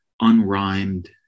unrhymed